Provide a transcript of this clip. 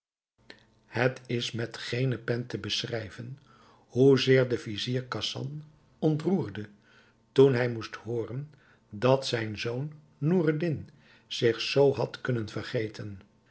het is met geene pen te beschrijven hoezeer de vizier khasan ontroerde toen hij moest hooren dat zijn zoon noureddin zich zoo had kunnen vergeten